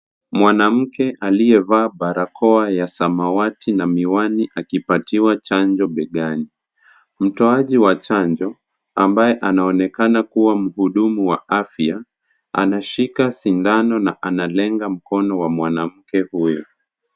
Mwanamke aliyevaa barakoa ya samawati na miwani akipatiwa chanjo begani. Mtoaji wa chanjo ambaye anaonekana kuwa mhudumu wa afya anashika sindano na analenga mkono wa mwanamke huyo.